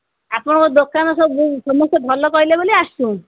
ଆପଣଙ୍କ ଦୋକାନ ସବୁ ସମସ୍ତେ ଭଲ କହିଲେ ବୋଲି ଆସିଛୁ